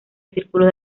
círculos